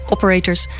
Operators